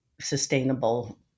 sustainable